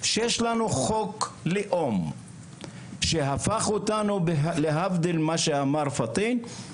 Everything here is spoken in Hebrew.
שיש לנו חוק לאום שהפך אותנו להבדיל ממה שאמר פטין,